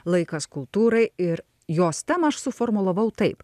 laikas kultūrai ir jos temą aš suformulavau taip